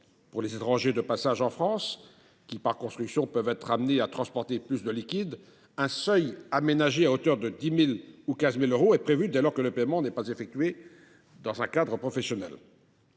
Pour les étrangers de passage en France qui, par construction, peuvent être amenés à transporter davantage d’argent liquide, un seuil aménagé à hauteur de 10 000 ou 15 000 euros est prévu dès lors que le paiement n’est pas effectué dans un cadre professionnel.